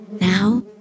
now